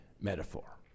metaphor